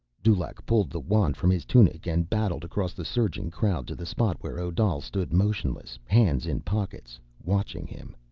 dulaq pulled the wand from his tunic and battled across the surging crowd to the spot where odal stood motionless, hands in pockets, watching him.